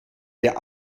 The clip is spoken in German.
der